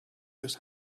just